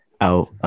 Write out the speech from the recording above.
out